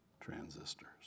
transistors